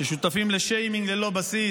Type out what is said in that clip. ששותפים לשיימינג ללא בסיס,